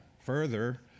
further